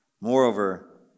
Moreover